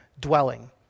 dwelling